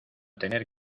tener